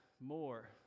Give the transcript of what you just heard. more